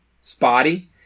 spotty